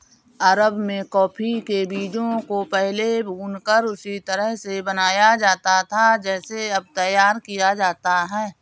अरब में कॉफी के बीजों को पहले भूनकर उसी तरह से बनाया जाता था जैसे अब तैयार किया जाता है